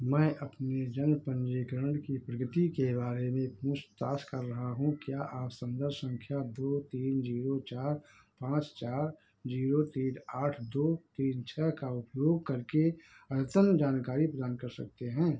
मैं अपनी जन्म पन्जीकरण की प्रगति के बारे में पूछताछ कर रहा हूँ क्या आप सन्दर्भ सँख्या दो तीन ज़ीरो चार पाँच चार ज़ीरो तीन आठ दो तीन छह का उपयोग करके अद्यतन जानकारी प्रदान कर सकते हैं